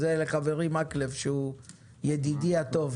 את זה אני אומר לחברי מקלב, שהוא ידידי הטוב.